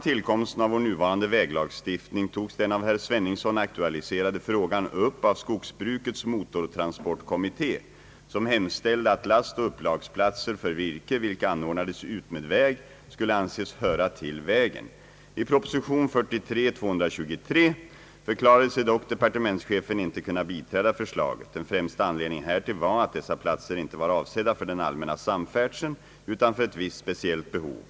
herr Sveningsson aktualiserade frågan upp av skogsbrukets motortransportkommitté, som hemställde att lastoch upplagsplatser för virke, vilka anordnades utmed väg, skulle anses höra till vägen. I proposition 1943:223 förklarade sig dock departementschefen inte kunna biträda förslaget. Den främsta anledningen härtill var att dessa platsser inte var avsedda för den allmänna samfärdseln utan för ett visst speciellt behov.